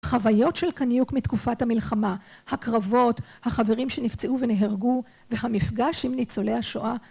חוויות של קניוק מתקופת המלחמה, הקרבות, החברים שנפצעו ונהרגו והמפגש עם ניצולי השואה